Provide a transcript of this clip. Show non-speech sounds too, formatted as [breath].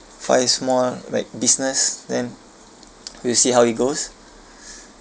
five small like business then we'll see how it goes [breath]